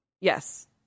Yes